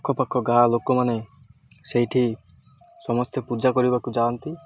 ଆଖପାଖ ଗାଁ ଲୋକମାନେ ସେଇଠି ସମସ୍ତେ ପୂଜା କରିବାକୁ ଯାଆନ୍ତି